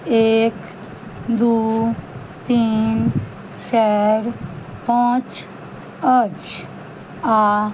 एक दू तीन चारि पाँच अछि आओर